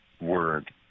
word